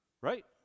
right